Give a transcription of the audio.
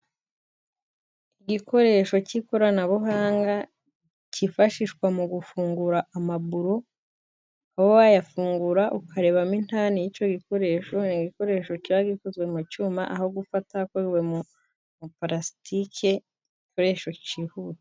Igikoresho cy'ikoranabuhanga cyifashishwa mu gufungura amaburo, ukaba wayafungura ukarebamo intani y'icyo gikoresho. Ni igikoresho kiba gikozwe mu cyuma aho gufata hakozwe mu mapalasitike ,igikoresho cyihuta.